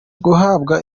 guhabwa